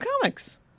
comics